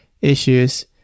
issues